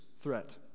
threat